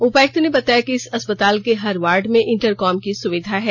उपायुक्त ने बताया कि इस अस्पताल के हर वार्ड में इंटरकॉम की सुविधा है